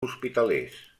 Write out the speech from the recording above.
hospitalers